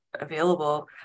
available